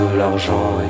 l'argent